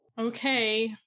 Okay